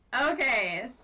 Okay